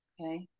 Okay